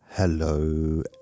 Hello